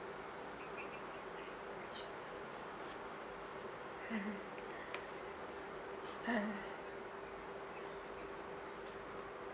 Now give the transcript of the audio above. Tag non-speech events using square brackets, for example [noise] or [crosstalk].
[laughs] [breath] [laughs]